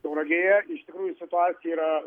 tauragėje iš tikrųjų situacija yra